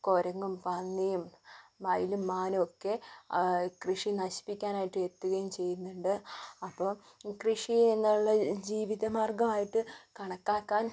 കുരങ്ങും പന്നിയും മയിലും മാനും ഒക്കെ കൃഷി നശിപ്പിക്കാനായിട്ട് എത്തുകയും ചെയ്യുന്ന്ണ്ട് അപ്പോൾ കൃഷി എന്നുള്ള ജീവിതമാർഗ്ഗം ആയിട്ട് കണക്കാക്കാൻ